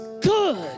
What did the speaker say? good